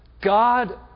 God